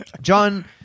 John